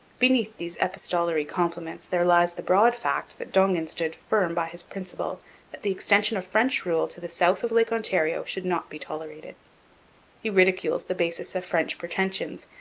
beneath these epistolary compliments there lies the broad fact that dongan stood firm by his principle that the extension of french rule to the south of lake ontario should not be tolerated he ridicules the basis of french pretensions,